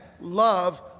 love